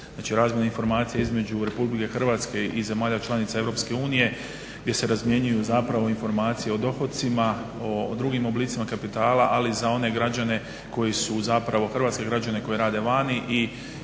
razmjeni informacija između Republike Hrvatske i zemalja članica Europske unije gdje se izmjenjuju zapravo informacije o dohocima, o drugim oblicima kapitala ali za one građane koji su zapravo, hrvatske građane koji rade vani